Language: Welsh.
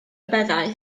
beddau